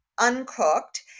uncooked